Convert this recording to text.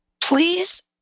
please